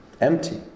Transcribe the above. empty